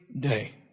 day